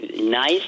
nice